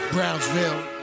Brownsville